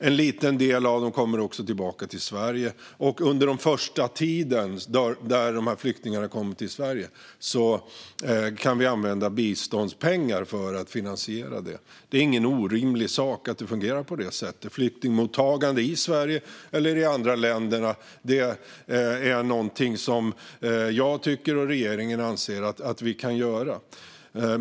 En liten del av dem kommer också tillbaka till Sverige. Under den första tiden när dessa flyktingar har kommit till Sverige kan vi använda biståndspengar för finansiering. Det är inte orimligt att det fungerar på det sättet. När det gäller flyktingmottagande i Sverige eller i andra länder anser jag och regeringen att vi kan göra på detta sätt.